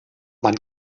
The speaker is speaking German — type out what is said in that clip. man